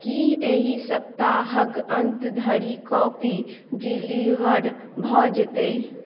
की एहि सप्ताहक अन्त धरि कॉपी डिलीवर भऽ जेतै